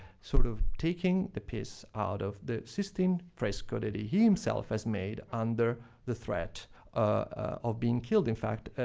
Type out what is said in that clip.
sort of taking the piss out of the sistine fresco that he he himself has made under the threat ah of being killed. in fact,